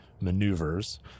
maneuvers